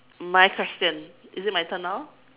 my question is it my turn now